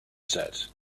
set